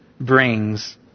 brings